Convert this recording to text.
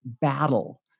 battle